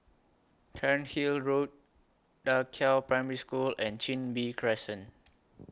Cairnhill Road DA Qiao Primary School and Chin Bee Crescent